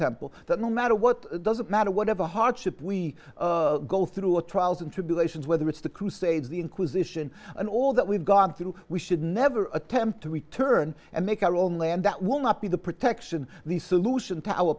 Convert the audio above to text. temple that no matter what doesn't matter whatever hardship we go through our trials and tribulations whether it's the crusades the inquisition and all that we've gone through we should never attempt to return and make our own land that will not be the protection of the solution